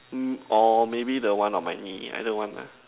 mm or maybe the one on my knee either one lah